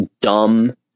dumb